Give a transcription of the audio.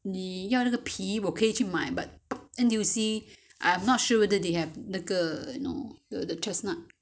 你要那个皮我可以去买 but N_T_U_C I'm not sure whether they have 那个 um the chestnut